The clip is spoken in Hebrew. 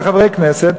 וחברי כנסת,